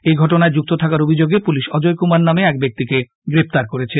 এই ঘটনায় যুক্ত থাকার অভিযোগে পুলিশ অজয় কুমার নামে এক ব্যক্তিকে গ্রেপ্তার করেছে